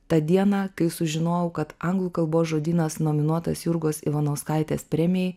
tą dieną kai sužinojau kad anglų kalbos žodynas nominuotas jurgos ivanauskaitės premijai